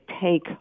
take